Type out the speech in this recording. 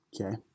okay